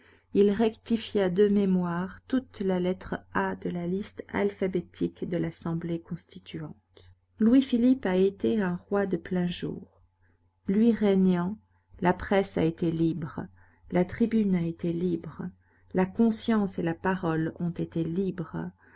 il rectifia de mémoire toute la lettre a de la liste alphabétique de l'assemblée constituante louis-philippe a été un roi de plein jour lui régnant la presse a été libre la tribune a été libre la conscience et la parole ont été libres